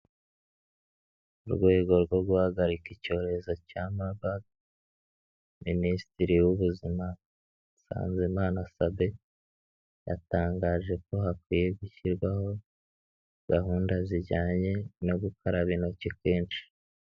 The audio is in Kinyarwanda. Mu rwego rwo guhagarika icyorezo cya mabaga, Minisitiri w'ubuzima Nsanzimana Sabin yatangaje ko hakwiye gushyirwaho gahunda zijyanye no gukaraba intoki kenshi.